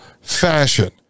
fashion